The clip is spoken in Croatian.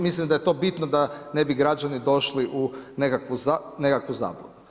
Mislim da je to bitno da ne bi građani došli u nekakvu zabludu.